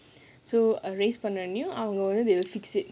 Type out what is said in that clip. so I raised பண்ணீனா:panneena one hour they will fix it